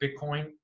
Bitcoin